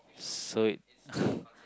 so